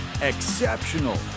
Exceptional